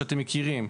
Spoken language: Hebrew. שאתם מכירים,